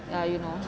ya you know